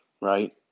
Right